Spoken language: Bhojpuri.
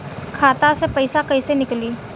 खाता से पैसा कैसे नीकली?